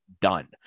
done